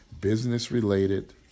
Business-related